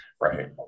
right